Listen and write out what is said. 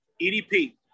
EDP